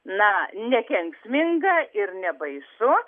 na nekenksminga ir nebaisu